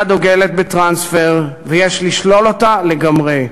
הדוגלת בטרנספר ויש לשלול אותה לגמרי.